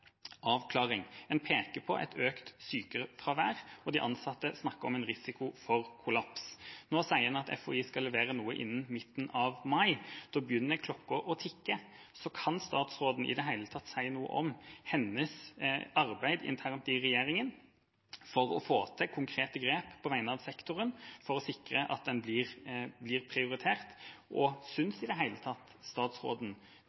avklaring. En peker på økt sykefravær, og de ansatte snakker om en risiko for kollaps. Nå sier en at FHI skal levere noe innen midten av mai. Da begynner klokka å tikke. Kan statsråden i det hele tatt si noe om sitt arbeid internt i regjeringa for å få til konkrete grep på vegne av sektoren, for å sikre at den blir prioritert? Og